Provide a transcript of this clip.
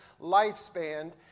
lifespan